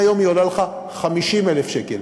מהיום היא עולה לך 50,000 שקל.